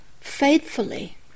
faithfully